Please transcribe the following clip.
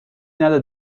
نده